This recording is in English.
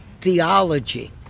theology